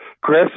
Chris